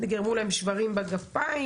נגרמו להם שברים בגפיים.